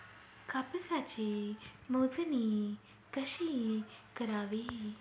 कापसाची मोजणी कशी करावी?